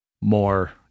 more